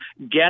get